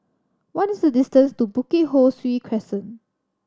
what is the distance to Bukit Ho Swee Crescent